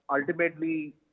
Ultimately